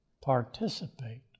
participate